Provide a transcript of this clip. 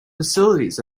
facilities